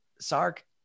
Sark